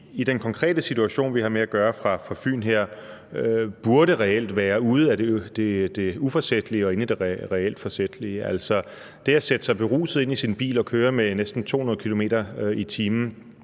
i den konkrete situation, vi her har med at gøre fra Fyn, reelt burde være ude af det uforsætlige og inde i det reelt forsætlige. Altså, det at sætte sig beruset ind i sin bil og køre med næsten 200 km/t.